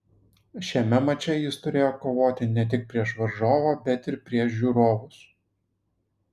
šiame mače jis turėjo kovoti ne tik prieš varžovą bet ir prieš žiūrovus